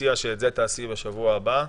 תעשי בשבוע הבא.